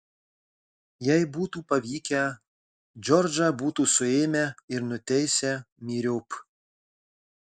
jei būtų pavykę džordžą būtų suėmę ir nuteisę myriop